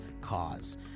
cause